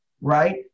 Right